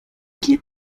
geht